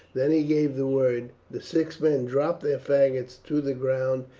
then he gave the word the six men dropped their faggots to the ground,